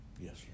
Yes